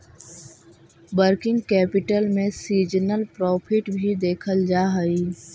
working capital में seasonal profit भी देखल जा हई